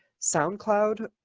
soundcloud,